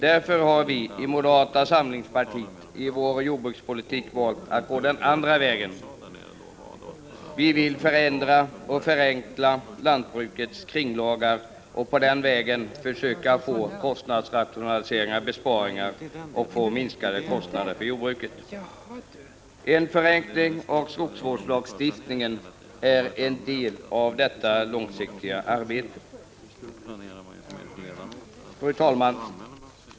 Därför har vi i moderata samlingspartiet i vår jordbrukspolitik valt att gå den andra vägen -— vi vill förändra och förenkla lagarna på lantbrukets område och den vägen försöka få till stånd kostnadsrationaliseringar och besparingar och därigenom åstadkomma minskade kostnader för jordbruket. En förenkling av skogsvårdslagstiftningen är en del av detta långsiktiga arbete. Fru talman!